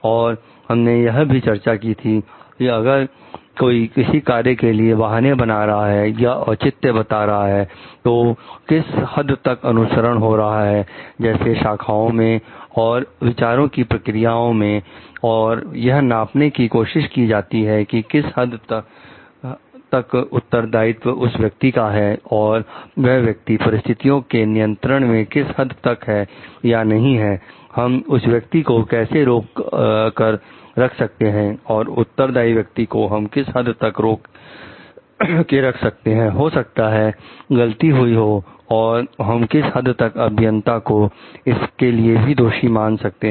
और हमने यह भी चर्चा की थी कि अगर कोई किसी कार्य के लिए बहाने बता रहा है या औचित्य बता रहा है तो किस हद तक अनुसरण हो रहा है जैसे शाखाओं में और विचारों की प्रक्रिया में और यह नापने की कोशिश की जाती है कि किस हद का उत्तरदायित्व उस व्यक्ति का है और वह व्यक्ति परिस्थितियों के नियंत्रण में किस हद तक है या नहीं है हम उस व्यक्ति को कैसे रोक कर रख सकते हैं और उत्तरदाई व्यक्ति को हम किस हद तक रोक के रख सकते हैं हो सकता है गलती हुई हो और हम किस हद तक अभियंता को इसके लिए दोषी मान सकते हैं